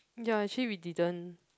ya actually we didn't